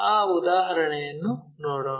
ಆ ಉದಾಹರಣೆಯನ್ನು ನೋಡೋಣ